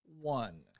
one